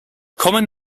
common